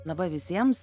laba visiems